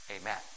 Amen